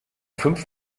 fünf